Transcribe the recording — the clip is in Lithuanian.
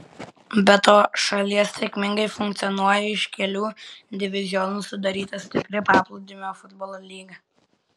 be to šalyje sėkmingai funkcionuoja iš kelių divizionų sudaryta stipri paplūdimio futbolo lyga